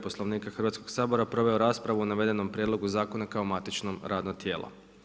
Poslovnika Hrvatskog sabora proveo raspravu o navedenom prijedlogu zakona kao matičnom radno tijelo.